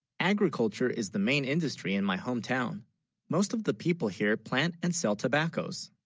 agriculture is the main industry in my hometown most of the people here plant and sell tobacco's